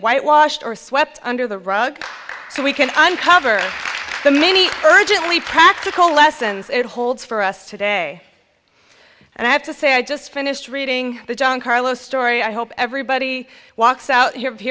whitewashed or swept under the rug so we can uncover the many urgently practical lessons it holds for us today and i have to say i just finished reading the john carlos story i hope everybody walks out of here